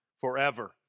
forever